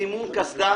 סימון קסדה